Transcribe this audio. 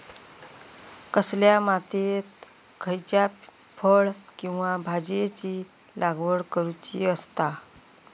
कसल्या मातीयेत खयच्या फळ किंवा भाजीयेंची लागवड करुची असता?